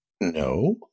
No